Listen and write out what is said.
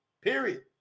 period